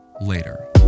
later